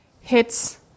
hits